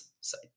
side